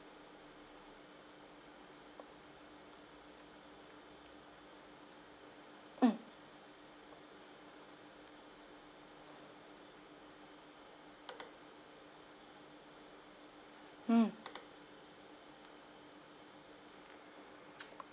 mm hmm